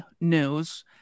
news